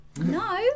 No